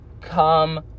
come